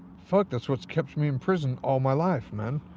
fuck, that's what's kept me in prison all my life, man,